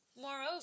Moreover